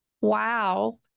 wow